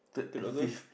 third August